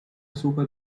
super